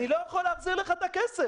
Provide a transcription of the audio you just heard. אני לא יכול להחזיר לך את הכסף.